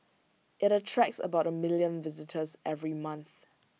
IT attracts about A million visitors every month